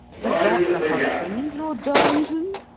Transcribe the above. is that the husband, lord darlington?